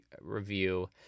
review